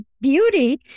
beauty